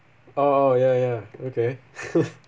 oh oh ya ya okay